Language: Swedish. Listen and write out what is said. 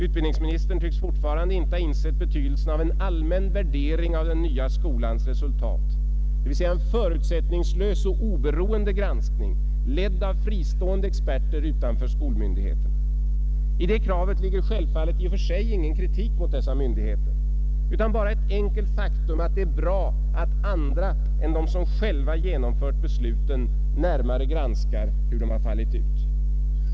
Utbildningsministern tycks fortfarande inte ha insett betydelsen av en allmän värdering av den nya skolans resultat, dvs. en förutsättningslös och oberoende granskning, ledd av fristående experter utanför skolmyndigheterna. I detta krav ligger självfallet i och för sig ingen kritik mot dessa myndigheter utan bara det enkla faktum att det är bra att andra än de som själva genomfört besluten närmare granskar hur det fallit ut.